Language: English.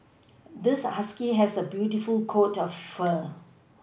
this husky has a beautiful coat of fur